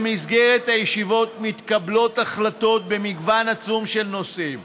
במסגרת הישיבות מתקבלות החלטות במגוון עצום של נושאים.